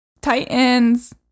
Titans